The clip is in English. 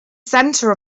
center